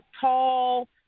tall